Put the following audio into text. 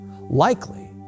Likely